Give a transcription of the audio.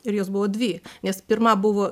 ir jos buvo dvi nes pirma buvo